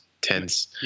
tense